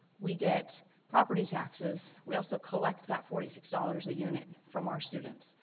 we get property taxes. we also collect that forty six dollars a unit from our students.